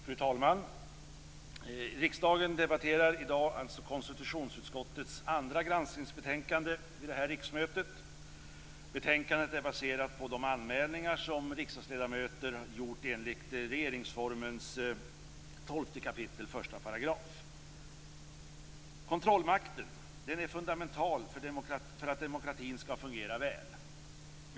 Fru talman! Riksdagen debatterar i dag konstitutionsutskottets andra granskningsbetänkande vid det här riksmötet. Betänkandet är baserat på de anmälningar som riksdagsledamöter gjort enligt regeringsformens 12 kap. 1 §. Kontrollmakten är fundamental för att demokratin skall fungera väl.